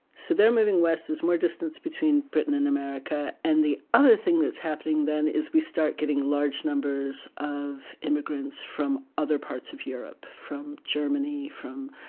so they're moving west equal more distance between britain and america. and the other thing that's happening then is we start getting large numbers of immigrants from other parts of europe from germany, from,